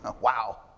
wow